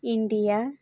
India